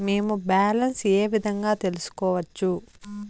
మేము బ్యాలెన్స్ ఏ విధంగా తెలుసుకోవచ్చు?